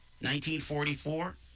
1944